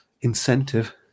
incentive